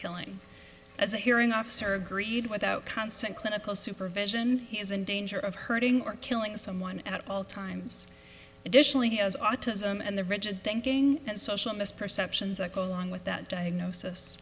killing as a hearing officer agreed without constant clinical supervision he is in danger of hurting or killing someone at all times additionally he has autism and the rigid thinking and social misperceptions i call on with that diagnosis